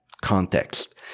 context